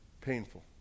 Painful